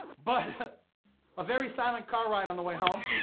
but a very silent car ride on the way home.